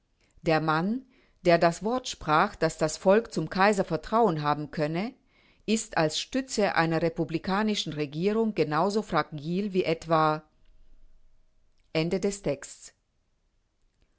der mann der das wort sprach daß das volk zum kaiser vertrauen haben könne ist als stütze einer republik regierung genauso fragil wie etwa